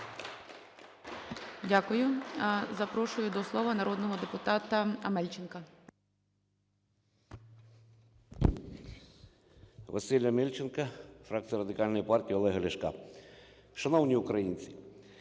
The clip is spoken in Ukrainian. Дякую. Запрошую до слова народного депутата Головка.